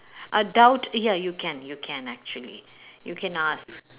adult ya you can you can actually you can ask